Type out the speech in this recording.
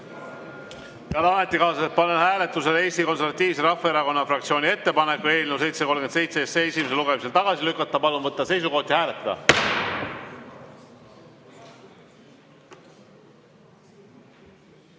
ametikaaslased, panen hääletusele Eesti Konservatiivse Rahvaerakonna fraktsiooni ettepaneku eelnõu 737 esimesel lugemisel tagasi lükata. Palun võtta seisukoht ja hääletada!